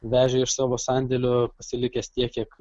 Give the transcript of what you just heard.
vežė iš savo sandėlio pasilikęs tiek kiek